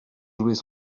jouets